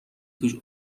توش